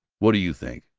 what do you think?